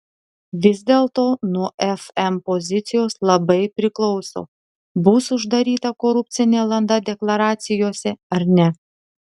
vis dėlto nuo fm pozicijos labai priklauso bus uždaryta korupcinė landa deklaracijose ar ne